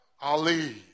Ali